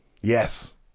Yes